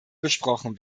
besprochen